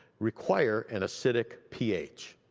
require an acidic p h.